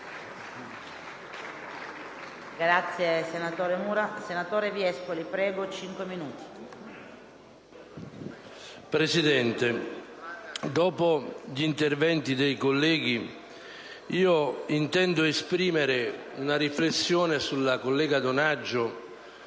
Presidente, dopo gli interventi dei colleghi, intendo esprimere una riflessione sulla collega Donaggio,